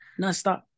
nonstop